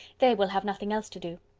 they will have nothing else to do.